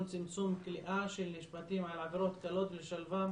צמצום כליאה של נשפטים על עבירות קלות ולשלבם